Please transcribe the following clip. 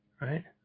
right